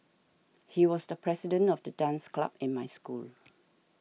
he was the president of the dance club in my school